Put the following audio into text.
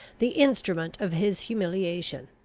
the instrument of his humiliation.